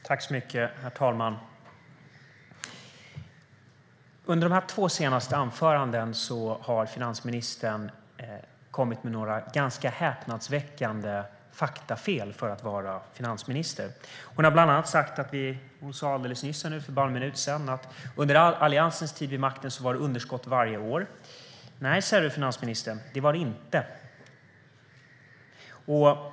Herr talman! Under finansministerns två senaste inlägg har hon, för att vara finansminister, kommit med några ganska häpnadsväckande faktafel. Hon sa alldeles nyss att det under Alliansens tid vid makten var underskott varje år. Nej, finansministern, det var det inte.